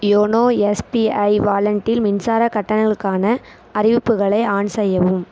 YONO SBI வாலென்ட்டில் மின்சார கட்டணங்களுக்கான அறிவிப்புகளை ஆன் செய்யவும்